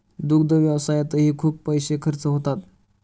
दुग्ध व्यवसायातही खूप पैसे खर्च होतात